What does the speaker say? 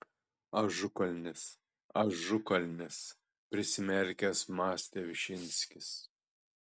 ažukalnis ažukalnis prisimerkęs mąstė višinskis